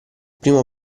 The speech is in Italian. primo